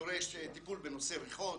דורש טיפול בנושא ריחות.